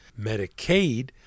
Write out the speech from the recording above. Medicaid